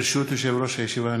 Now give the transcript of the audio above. ברשות יושב-ראש הישיבה,